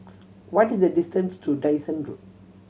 what is the distance to Dyson Road